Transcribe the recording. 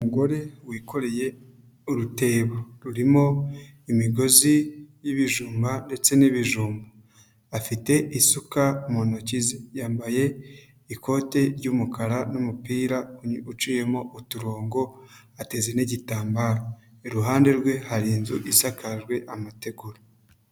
Umugore wikoreye urutebo, rurimo imigozi y'ibijumba ndetse n'ibijumba. Afite isuka mu ntoki ze, yambaye ikote ry'umukara n'umupira uciyemo uturongo, ateze n'igitambaro. Iruhande rwe hari inzu isakajwe amategura.